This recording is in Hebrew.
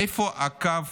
איפה הקו